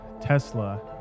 Tesla